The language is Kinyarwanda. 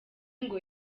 ngo